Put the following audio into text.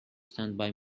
standby